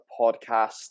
podcast